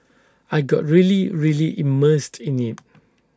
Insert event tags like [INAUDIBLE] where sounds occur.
I got really really immersed in IT [NOISE]